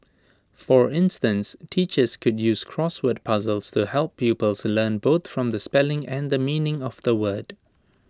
for instance teachers could use crossword puzzles to help pupils learn both the spelling and the meaning of the word